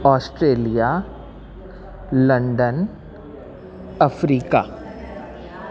Australia London Africa